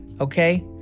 Okay